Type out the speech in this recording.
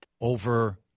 over